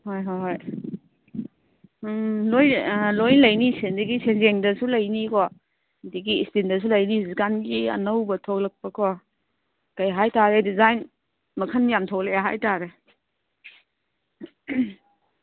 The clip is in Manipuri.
ꯍꯣꯏ ꯍꯣꯏ ꯍꯣꯏ ꯎꯝ ꯂꯣꯏ ꯂꯩꯅꯤ ꯁꯦꯟꯖꯦꯡꯗꯁꯨ ꯂꯩꯅꯤꯀꯣ ꯑꯗꯒꯤ ꯏꯁꯇꯤꯜꯗꯁꯨ ꯂꯩꯅꯤ ꯍꯧꯖꯤꯛꯀꯥꯟꯒꯤ ꯑꯅꯧꯕ ꯊꯣꯛꯂꯛꯄꯀꯣ ꯀꯩ ꯍꯥꯏ ꯇꯥꯔꯦ ꯗꯤꯖꯥꯏꯟ ꯃꯈꯜ ꯌꯥꯝ ꯊꯣꯛꯂꯛꯑꯦ ꯍꯥꯏ ꯇꯥꯔꯦ